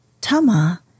Tama